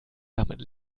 damit